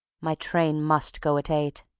my train must go at eight.